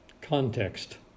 Context